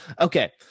Okay